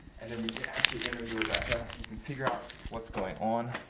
and then we can actually interview rebecca and figure out what's going on.